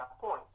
points